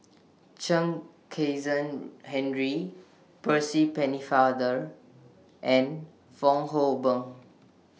Chen Kezhan Henri Percy Pennefather and Fong Hoe Beng